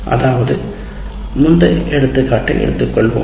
அதாவது முந்தைய எடுத்துக்காட்டை எடுத்துக்கொள்வோம்